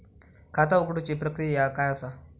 खाता उघडुची प्रक्रिया काय असा?